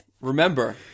Remember